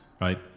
Right